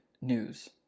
news